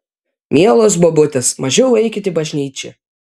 mielos bobutės mažiau eikit į bažnyčią